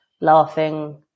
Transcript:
laughing